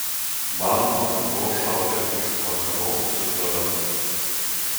manoma kad buvo šauta iš makarov pistoleto